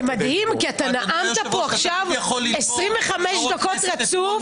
זה מדהים כי אתה נאמת כאן עכשיו 25 דקות רצוף.